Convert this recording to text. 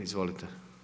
Izvolite.